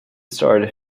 started